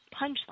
punchline